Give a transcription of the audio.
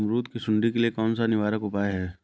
अमरूद की सुंडी के लिए कौन सा निवारक उपाय है?